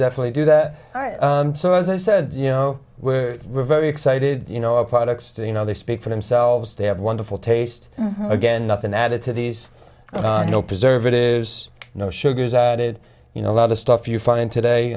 definitely do that so as i said you know we're very excited you know a product still you know they speak for themselves they have wonderful taste again nothing added to these no preservatives no sugar added you know a lot of stuff you find today